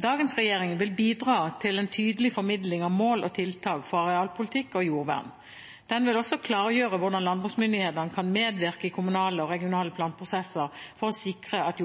Dagens regjering vil bidra til en tydelig formidling av mål og tiltak for arealpolitikk og jordvern. Den vil også klargjøre hvordan landbruksmyndighetene kan medvirke i kommunale og regionale planprosesser for å sikre at